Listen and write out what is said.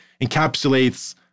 encapsulates